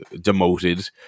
demoted